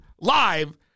live